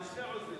יש שני עוזרים.